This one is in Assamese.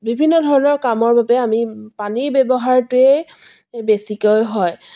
বিভিন্ন ধৰণৰ কামৰ বাবে আমি পানীৰ ব্যৱহাৰটোৱেই বেছিকৈ হয়